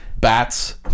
Bats